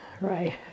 right